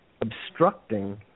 obstructing